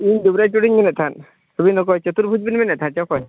ᱤᱧ ᱫᱩᱵᱨᱟᱡᱽ ᱴᱩᱰᱩᱧ ᱢᱮᱱᱮᱫ ᱛᱟᱦᱮᱸᱫ ᱟᱹᱵᱤᱱ ᱚᱠᱚᱭ ᱪᱚᱛᱩᱨᱵᱷᱩᱡᱽ ᱵᱤᱱ ᱢᱮᱱᱮᱫ ᱛᱟᱦᱮᱱ ᱥᱮ ᱚᱠᱚᱭ